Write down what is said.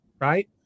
right